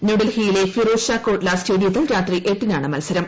ന്യൂഡെൽഹിയിലെ ഫിറോസ്ഷാ കോട്ലാ സ്റ്റേഡിയത്തിൽ രാത്രി എട്ടിനാണ് മൽസരം